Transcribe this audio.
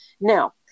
Now